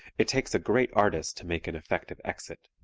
it takes a great artist to make an effective exit.